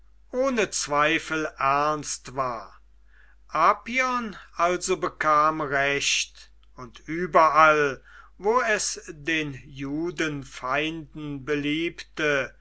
ohne zweifel ernst war apion also bekam recht und überall wo es den judenfeinden beliebte